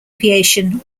aviation